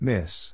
Miss